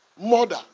Murder